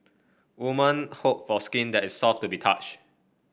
women hope for skin that is soft to the touch